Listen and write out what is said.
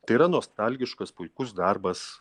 tai yra nostalgiškas puikus darbas